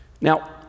Now